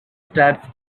starts